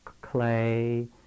clay